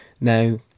Now